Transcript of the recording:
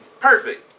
perfect